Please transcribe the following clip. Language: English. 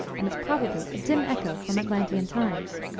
and is probably a dim echo from atlantean times.